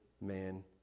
man